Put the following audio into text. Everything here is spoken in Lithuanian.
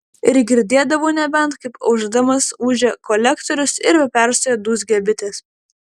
ir girdėdavau nebent kaip aušdamas ūžia kolektorius ir be perstojo dūzgia bitės